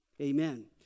Amen